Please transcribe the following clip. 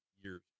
years